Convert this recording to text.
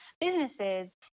businesses